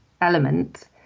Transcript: element